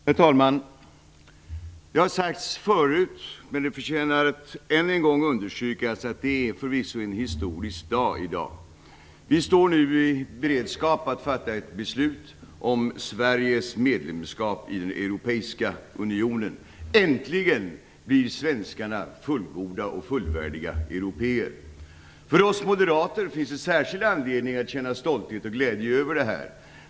Herr talman! Det har sagts förut, men det förtjänar att än en gång understrykas, att det är förvisso en historisk dag i dag. Vi står nu i beredskap att fatta ett beslut om Sveriges medlemskap i den europeiska unionen. Äntligen blir svenskarna fullgoda och fullvärdiga européer! För oss moderater finns det särskild anledning att känna stolthet och glädje över detta.